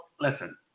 listen